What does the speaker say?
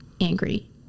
angry